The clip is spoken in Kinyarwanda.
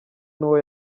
nuwo